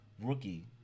rookie